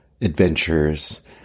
adventures